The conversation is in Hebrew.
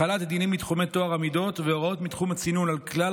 החלת דינים מתחומי טוהר המידות והוראות בתחום הצינון על כלל